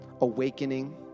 awakening